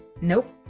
Nope